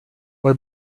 what